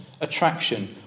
attraction